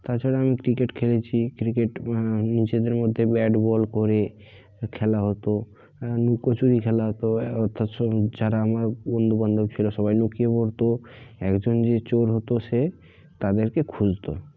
তাছাড়া আমি ক্রিকেট খেলেছি ক্রিকেট নিজেদের মধ্যে ব্যাট বল করে খেলা হতো লুকোচুরি খেলা হতো অথচ যারা আমার বন্ধুবান্ধব ছিল সবাই লুকিয়ে পড়ত একজন যে চোর হতো সে তাদেরকে খুঁজত